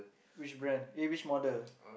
which brand eh which model